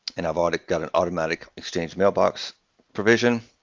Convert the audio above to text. and i've already got an automatic exchange mailbox provision,